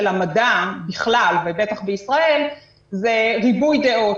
המדע בכלל ובטח בישראל זה ריבוי דעות,